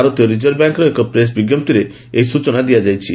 ଭାରତୀୟ ରିକର୍ଭ ବ୍ୟାଙ୍କର ଏକ ପ୍ରେସ୍ ବିଜ୍ଞପ୍ତିରେ ଏହି ସୂଚନା ଦିଆଯାଇଛି